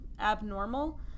abnormal